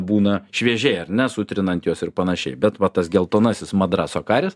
būna šviežiai ar ne sutrinant juos ir panašiai bet va tas geltonasis madraso karis